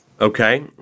Okay